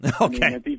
okay